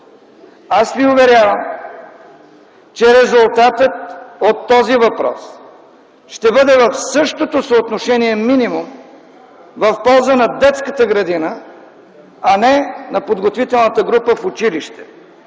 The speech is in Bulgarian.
Аз ви уверявам, че резултатът от този въпрос щеше да бъде в същото съотношение минимум в полза на детската градина, а не на подготвителната група в училище.